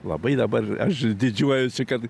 labai dabar aš didžiuojuosi kad